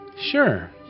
sure